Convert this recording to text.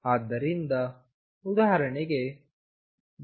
ಆದ್ದರಿಂದ ಉದಾಹರಣೆಗೆVxV